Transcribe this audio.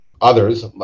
others